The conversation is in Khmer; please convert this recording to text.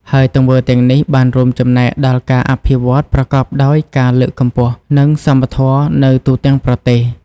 ហើយទង្វើទាំងនេះ បានរួមចំណែកដល់ការអភិវឌ្ឍប្រកបដោយការលើកកម្ពស់ និងសមធម៌នៅទូទាំងប្រទេស។